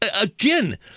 again